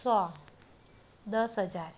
સો દસ હજાર